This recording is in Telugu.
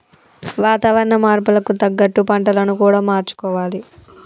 వాతావరణ మార్పులకు తగ్గట్టు పంటలను కూడా మార్చుకోవాలి